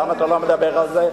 למה אתה לא מדבר על זה,